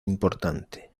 importante